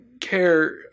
care